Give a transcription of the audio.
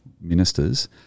ministers